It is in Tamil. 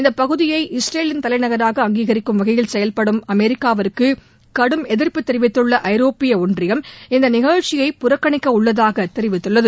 இந்த பகுதியை இஸ்ரேலின் தலைநகராக அங்கரீக்கும் வகையில் செயல்படும் அமெரிக்காவிற்கு கடும் எதிர்ப்பு தெரிவித்துள்ள ஐரோப்பிய ஒன்றியம் இந்த நிகழ்ச்சியை புறக்கணிக்க உள்ளதாக தெரிவித்துள்ளது